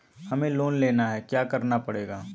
हमें लोन लेना है क्या क्या करना पड़ेगा?